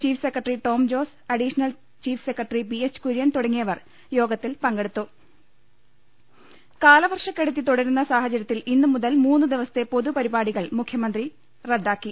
chief secretary Tom Jose additional chief secretary P H Kurian തുടങ്ങിയവർ യോഗത്തിൽ പങ്കെടുത്തു കാലവർഷക്കെടുതി തുടരുന്ന സാഹചരൃത്തിൽ ഇന്നു മുതൽ മൂന്നു ദിവസത്തെ പൊതുപരിപാടികൾ മുഖ്യമന്ത്രി റദ്ദാ ക്കി